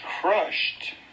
crushed